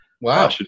Wow